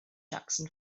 jackson